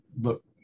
look